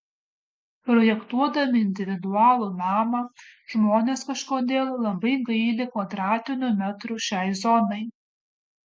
projektuodami individualų namą žmonės kažkodėl labai gaili kvadratinių metrų šiai zonai